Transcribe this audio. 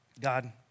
God